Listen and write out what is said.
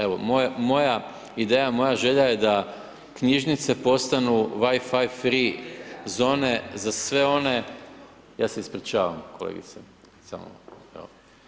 Evo, moja ideja, moja želja je da knjižnice postanu Wi-fi free zone za sve one, ja se ispričavam kolegice, samo malo.